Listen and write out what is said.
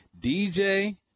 dj